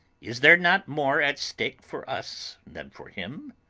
is there not more at stake for us than for him?